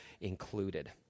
included